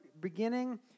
beginning